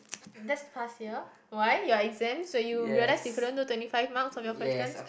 that's past year why your exam so you realize you couldn't do twenty five mark of your questions